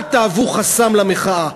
אל תהיו חסם למחאה.